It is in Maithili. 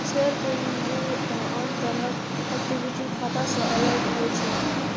शेयर पूंजी आन तरहक इक्विटी खाता सं अलग होइ छै